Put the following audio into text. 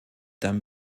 dann